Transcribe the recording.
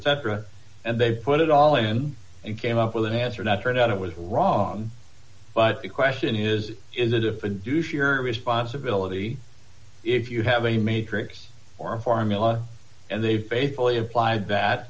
and cetera and they put it all in and came up with an answer not turned out it was wrong but the question is is it if and do sure responsibility if you have a matrix or a formula and they faithfully applied that